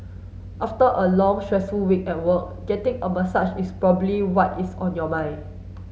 after a long stressful week at work getting a massage is probably what is on your mind